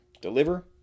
deliver